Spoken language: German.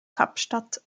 kapstadt